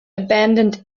abandoned